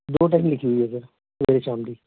ਦੋ ਟਾਈਮ ਲਿਖੀ ਹੋਈ ਹੈ ਸਰ ਸਵੇਰੇ ਸ਼ਾਮ ਦੀ